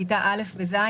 בכיתות א' ו-ז',